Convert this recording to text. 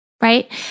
right